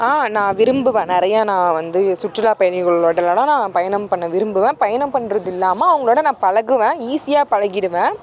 ஆ நான் விரும்புவேன் நிறையா நான் வந்து சுற்றுலா பயணிகளோட எல்லாம் நான் பயணம் பண்ண விரும்புவேன் பயணம் பண்ணுறது இல்லாமல் அவங்களோட நான் பழகுவேன் ஈஸியாக பழகிவிடுவேன்